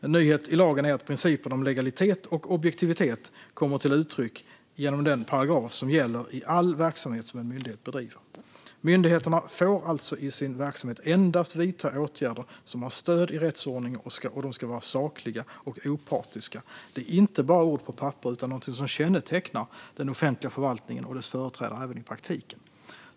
En nyhet i lagen är att principerna om legalitet och objektivitet kommer till uttryck genom den paragraf som gäller för all verksamhet som en myndighet bedriver. Myndigheterna får alltså i sin verksamhet endast vidta åtgärder som har stöd i rättsordningen, och de ska vara sakliga och opartiska. Detta är inte bara ord på papper utan någonting som kännetecknar den offentliga förvaltningen och dess företrädare även i praktiken.